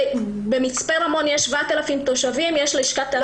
במצפה רמון יש 7,000 תושבים ויש לשכת תעסוקה.